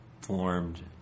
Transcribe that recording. formed